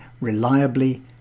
reliably